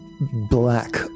black